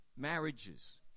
marriages